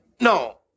no